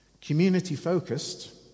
community-focused